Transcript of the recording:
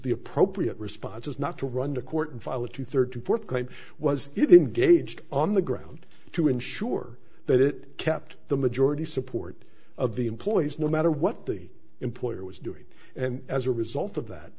the appropriate response is not to run to court and file it to thirty fourth claim was even gauged on the ground to ensure that it kept the majority support of the employees no matter what the employer was doing and as a result of that